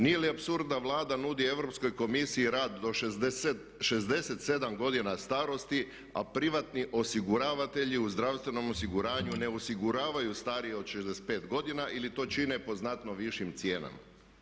Nije li apsurd da Vlada nudi Europskoj komisiji rad do 67 godina starosti a privatni osiguravatelji u zdravstvenom osiguranju ne osiguravaju starije od 65 godina ili to čine po znatnom višim cijenama.